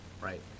right